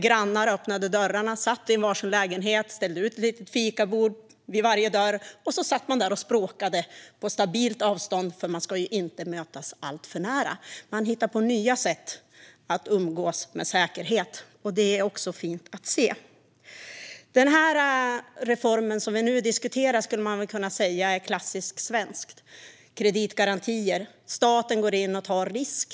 Grannar öppnade dörrarna, satt i var sin lägenhet och ställde ut ett litet fikabord vid varje dörr, och så satt man där och språkade på stabilt avstånd för att inte mötas alltför nära. Man hittar på nya sätt att umgås säkert, och det är fint att se. Den reform vi nu diskuterar skulle man väl kunna säga är klassiskt svensk. Det handlar om kreditgarantier, där staten går in och tar risk.